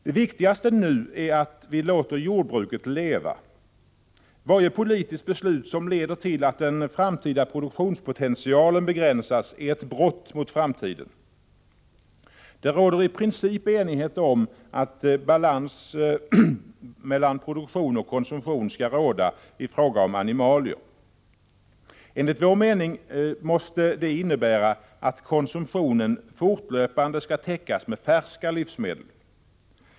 Det viktigaste nu är att vi låter jordbruket leva. Varje politiskt beslut som leder till att den framtida produktionspotentialen begränsas är ett brott mot framtiden. Det råder i princip enighet om att balans mellan produktion och konsumtion skall råda i fråga om animalier. Enligt vår mening måste detta innebära att konsumtionen fortlöpande skall täckas av färska livsmedel.